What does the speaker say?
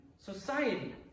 society